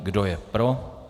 Kdo je pro?